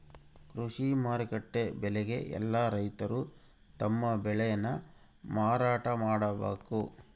ಕೃಷಿ ಮಾರುಕಟ್ಟೆ ಬೆಲೆಗೆ ಯೆಲ್ಲ ರೈತರು ತಮ್ಮ ಬೆಳೆ ನ ಮಾರಾಟ ಮಾಡ್ಬೇಕು